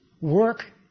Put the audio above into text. work